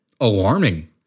alarming